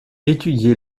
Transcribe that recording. étudié